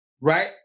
right